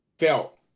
felt